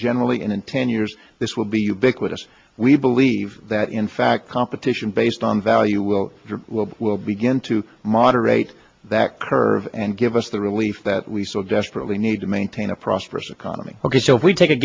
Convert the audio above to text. generally and in ten years this will be ubiquitous we believe that in fact competition based on value will will begin to moderate that curve and give us the relief that we saw desperately need to maintain a prosperous economy ok so if we take a